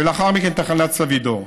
ולאחר מכן תחנת סבידור.